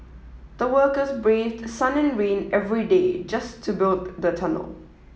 the workers braved sun and rain every day just to build the tunnel